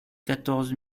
quatorze